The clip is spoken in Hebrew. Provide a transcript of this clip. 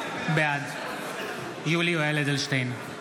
בעד יולי יואל אדלשטיין,